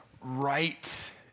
right